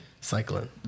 Cycling